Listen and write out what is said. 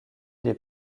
des